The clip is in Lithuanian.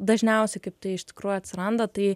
dažniausiai kaip tai iš tikrųjų atsiranda tai